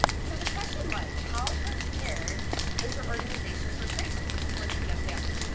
so the question was, how prepared was your organization for crisis before the pandemic.